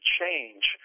change